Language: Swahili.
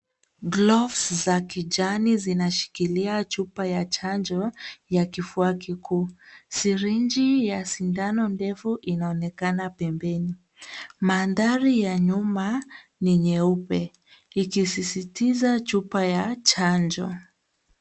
Glovu za kijani zinashikilia chupa ya chanjo ya kifua kikuu. Sirinji ya sindano ndefu inaonekana pembeni. Mandhari ya nyuma ni nyeupe ikisisitiza chupa ya chanjo.